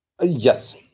Yes